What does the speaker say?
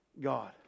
God